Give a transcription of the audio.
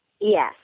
Yes